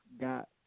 got